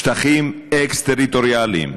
שטחים אקס-טריטוריאליים.